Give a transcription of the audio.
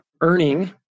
earning